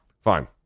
fine